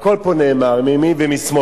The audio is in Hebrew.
הכול פה נאמר, מימין ומשמאל.